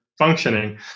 functioning